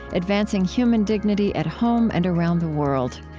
advancing human dignity, at home and around the world.